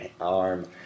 arm